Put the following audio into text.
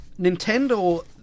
Nintendo